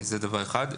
השנייה,